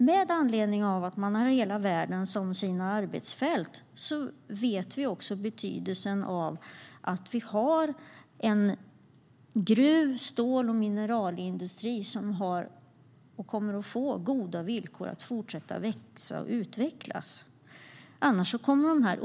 Med anledning av att man har hela världen som arbetsfält vet vi också betydelsen av att vi har en gruv, stål och mineralindustri som har och kommer att få goda villkor att fortsätta växa och utvecklas.